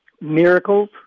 Miracles